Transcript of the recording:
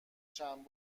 چند